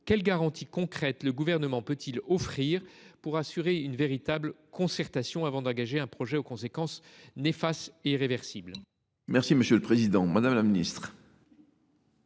quelles garanties concrètes le Gouvernement peut il offrir pour assurer une véritable concertation avant d’engager un projet aux conséquences néfastes et irréversibles ? La parole est à Mme la ministre